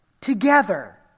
Together